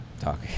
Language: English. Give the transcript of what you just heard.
talk